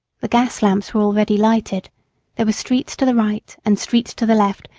the gas lamps were already lighted there were streets to the right, and streets to the left,